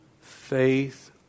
faith